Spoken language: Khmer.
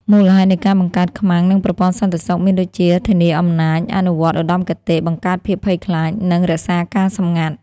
មូលហេតុនៃការបង្កើត ខ្មាំង និងប្រព័ន្ធសន្តិសុខ មានដូចជា ធានាអំណាច អនុវត្តឧត្តមគតិ បង្កើតភាពភ័យខ្លាច និង រក្សាការសម្ងាត់។